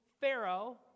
Pharaoh